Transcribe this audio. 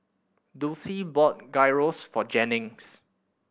Dulcie bought Gyros for Jennings